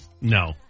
No